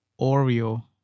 Oreo